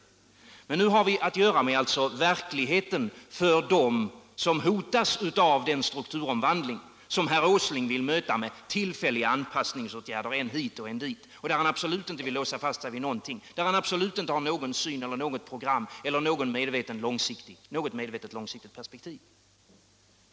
produktionsliv Nu har vi alltså att göra med verkligheten för dem som hotas av den strukturomvandling som herr Åsling vill möta med tillfälliga anpassningsåtgärder än hit och än dit. Han vill absolut inte låsa fast sig vid någonting, han har absolut inte någon syn eller något program eller något medvetet, långsiktigt perspektiv.